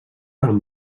amb